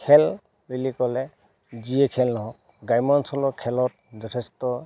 খেল বুলি ক'লে যিয়ে খেল নহওক গ্ৰাম্য অঞ্চলৰ খেলত যথেষ্ট